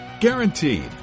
Guaranteed